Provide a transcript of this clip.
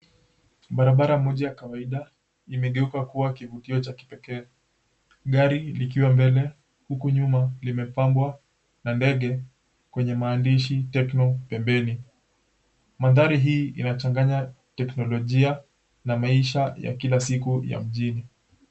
Barabara moja ya kawaida imegeuka kuwa kivutio cha pekee gari likiwa mbele huku nyuma limepambwa na ndege kwenye maandishi, Tecno pembeni maandhari hii inachanganya teknolojia na maisha ya kila siku ya mjini